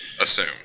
assume